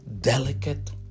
delicate